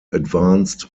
advanced